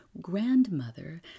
Grandmother